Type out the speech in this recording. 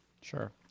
Sure